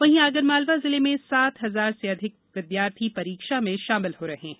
वहीं आगरमालवा जिले में सात हजार से अधिक विद्याथी परीक्षा में शामिल हो रहे हैं